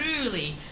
truly